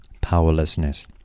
Powerlessness